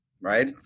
right